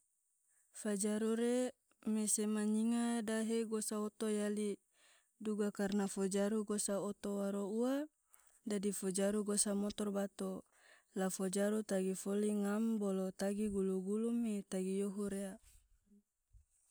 fajaru re me sema nyinga dahe gosa oto yali, duga karna fajaru gosa oto waro ua dadi fajaru gosa motor bato, la fajaru tagi foli ngam bolo tagi gulu-gulu me tagi yohu rea.